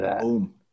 Boom